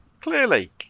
Clearly